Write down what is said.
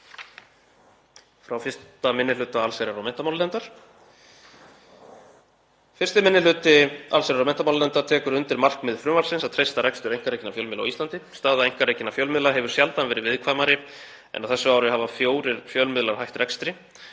frá 1. minni hluta allsherjar- og menntamálanefndar. Fyrsti minni hluti allsherjar- og menntamálanefndar tekur undir markmið frumvarpsins, að treysta rekstur einkarekinna fjölmiðla á Íslandi. Staða einkarekinna fjölmiðla hefur sjaldan verið viðkvæmari, en á þessu ári hafa fjórir fjölmiðlar hætt rekstri.